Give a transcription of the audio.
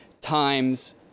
times